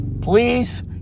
Please